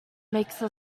make